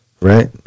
Right